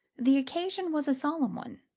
the occasion was a solemn one,